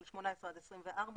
של 18 עד 24,